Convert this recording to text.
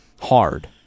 Hard